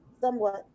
somewhat